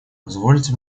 позвольте